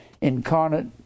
incarnate